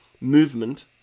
movement